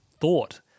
thought